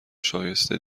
شایسته